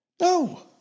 No